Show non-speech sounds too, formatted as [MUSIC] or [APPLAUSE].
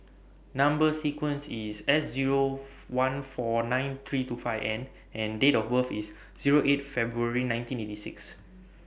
Number sequence IS S Zero [NOISE] one four nine three two five N and Date of birth IS Zero eight February nineteen eighty six